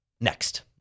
next